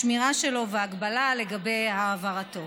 השמירה שלו וההגבלה לגבי העברתו.